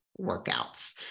workouts